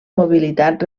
mobilitat